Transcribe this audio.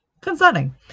concerning